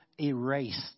erased